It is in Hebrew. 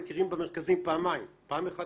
אנחנו מכירים במרכזים פעמיים: פעם אחת